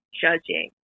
judging